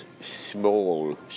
small